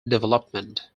development